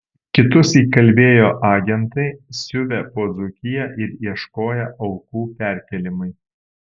kitus įkalbėjo agentai siuvę po dzūkiją ir ieškoję aukų perkėlimui